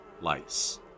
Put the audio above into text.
lice